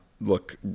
look